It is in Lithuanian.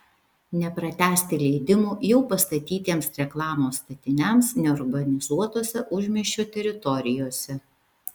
nepratęsti leidimų jau pastatytiems reklamos statiniams neurbanizuotose užmiesčio teritorijose